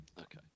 Okay